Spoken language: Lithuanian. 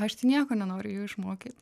aš tai nieko nenoriu jų išmokyt